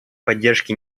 поддержке